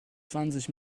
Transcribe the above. zwanzig